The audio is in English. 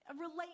relate